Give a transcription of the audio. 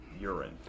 urine